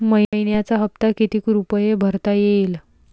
मइन्याचा हप्ता कितीक रुपये भरता येईल?